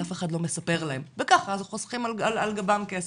אף אחד לא מספר להם, וכך הם חוסכים על גבם כסף.